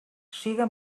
siga